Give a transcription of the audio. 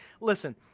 listen